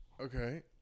Okay